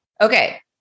Okay